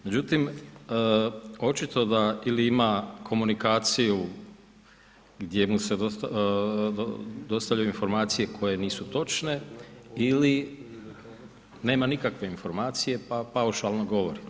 Međutim, očito da ili ima komunikaciju gdje mu se dostavljaju informacije koje nisu točke ili nema nikakve informacije pa paušalno govori.